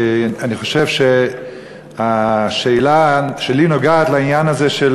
אני חושב שהשאלה שלי נוגעת לעניין הזה של